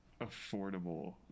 affordable